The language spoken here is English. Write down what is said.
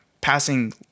passing